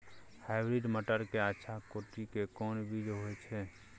Hybrid मटर के अच्छा कोटि के कोन बीज होय छै?